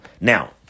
Now